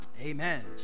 Amen